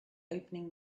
opening